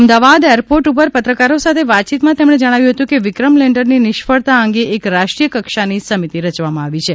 Ahmedabad airport ઉપર પત્રકારો સાથે વાતયીતમાં તેમણે જણાવ્યું હતું કે વિક્રમ લેન્ડરની નિષ્ફળતા અંગે એક રાષ્ટ્રીય કક્ષાની સમિતિ રચવામાં આવી છે